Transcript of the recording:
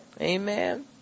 Amen